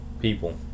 people